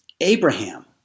Abraham